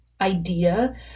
idea